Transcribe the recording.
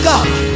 God